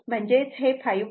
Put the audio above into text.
5 25 5